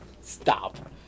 Stop